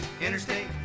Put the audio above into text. interstate